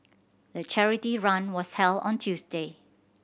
the charity run was held on Tuesday